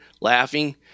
laughing